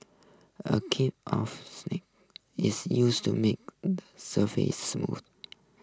a cake of is used to make surface smooth